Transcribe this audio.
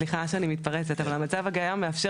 סליחה שאני מתפרצת, אבל המצב הקיים מאפשר